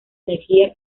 energía